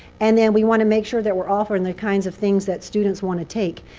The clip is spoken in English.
and then we want to make sure that we're offering the kinds of things that students want to take.